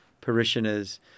parishioners